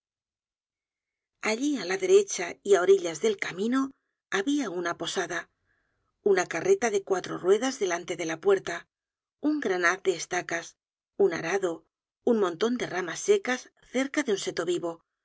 allí á la derecha y á orillas del camino habia una posada una carreta de cuatro ruedas delante de la puerta un gran haz de estacas un arado un monton de ramas secas cerca de un seto vivo